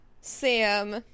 Sam